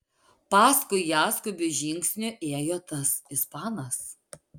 paskui ją skubiu žingsniu ėjo tas ispanas